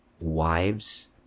wives